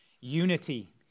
Unity